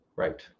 Right